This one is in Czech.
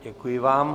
Děkuji vám.